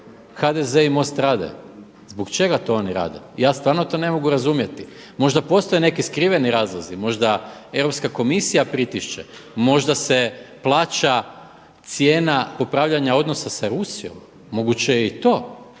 HDZ i MOST rade? Zbog čega to oni rade? Ja stvarno to ne mogu razumjeti. Možda postoje neki skriveni razlozi, možda Europska komisija pritišće, možda se plaća cijena popravljanja odnosa sa Rusijom, moguće je i to.